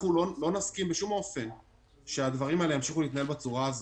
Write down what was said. לא נסכים שהדברים האלה ימשיכו להתנהל בצורה הזאת.